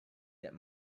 that